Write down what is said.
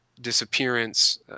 disappearance